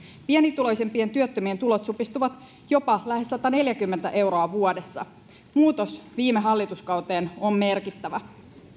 pienituloisimpien työttömien tulot supistuvat jopa lähes sataneljäkymmentä euroa vuodessa muutos viime hallituskauteen on merkittävä